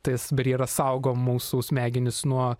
tas barjeras saugo mūsų smegenis nuo